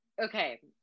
okay